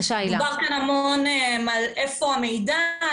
דיברתם המון על איפה המידע,